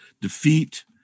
defeat